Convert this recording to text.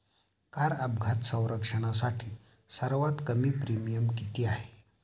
Car अपघात संरक्षणासाठी सर्वात कमी प्रीमियम किती आहे?